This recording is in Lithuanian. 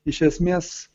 iš esmės